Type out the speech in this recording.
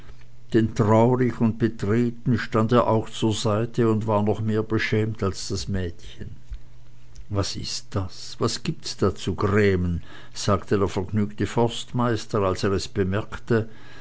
denn traurig und betreten stand er auch zur seite und war noch mehr beschämt als das mädchen was ist das was gibt's da zu grämen sagte der vergnügte forstmeister als er es bemerkte